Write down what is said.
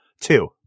Two